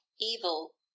evil